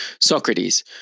Socrates